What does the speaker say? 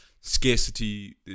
scarcity